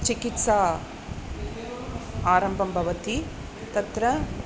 चिकित्साम् आरम्भं भवति तत्र